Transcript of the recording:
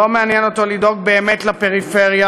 לא מעניין אותו לדאוג באמת לפריפריה.